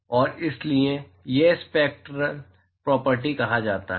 और इसलिए इसे स्पैक्टरल प्रोपर्टी कहा जाता है